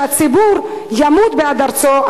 שהציבור ימות בעד ארצו,